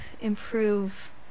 improve